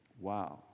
wow